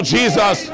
Jesus